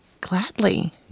gladly